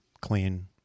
clean